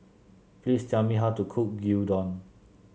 please tell me how to cook Gyudon